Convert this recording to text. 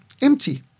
empty